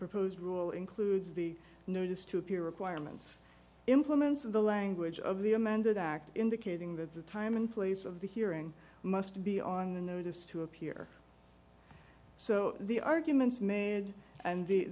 proposed rule includes the notice to appear requirements implements of the language of the amended act indicating that the time and place of the hearing must be on the notice to appear so the arguments made and the